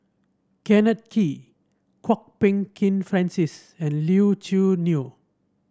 Kenneth Kee Kwok Peng Kin Francis and Leo Choo Neo